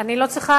אני לא צריכה,